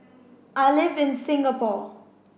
I live in Singapore